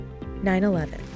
9-11